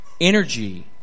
energy